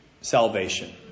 salvation